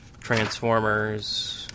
Transformers